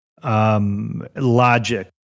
Logic